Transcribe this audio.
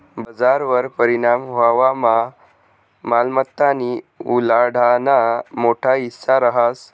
बजारवर परिणाम व्हवामा मालमत्तानी उलाढालना मोठा हिस्सा रहास